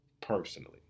personally